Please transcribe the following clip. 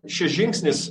šis žingsnis